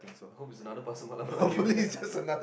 I hope it's another pasar malam